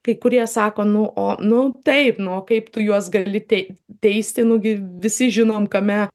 kai kurie sako nu o nu taip nu o kaip tu juos gali tei teisti nu gi visi žinom kame